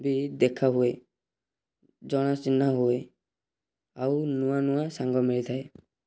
ବି ଦେଖା ହୁଏ ଜଣା ଚିହ୍ନା ହୁଏ ଆଉ ନୂଆ ନୂଆ ସାଙ୍ଗ ମିଳିଥାଏ